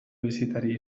bisitari